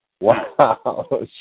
Wow